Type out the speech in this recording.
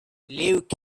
luke